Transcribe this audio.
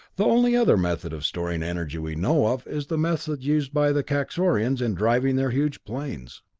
the only other method of storing energy we know of is the method used by the kaxorians in driving their huge planes.